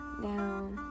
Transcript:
now